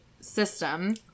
system